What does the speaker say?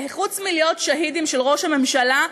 וחוץ מלהיות שהידים של ראש הממשלה,